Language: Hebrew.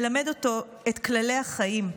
מלמד אותו את כללי החיים.